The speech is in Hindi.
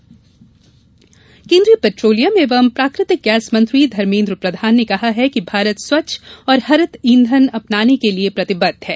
मोबेलिटी सम्मेलन केन्द्रीय पेट्रोलियम एवं प्राकृतिक गैस मंत्री धर्मेन्द्र प्रधान ने कहा है कि भारत स्वच्छ और हरित ईंधन अपनाने के लिए प्रतिबद्ध है